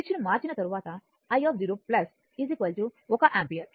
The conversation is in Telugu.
స్విచ్ ను మార్చిన తర్వాత i0 1 యాంపియర్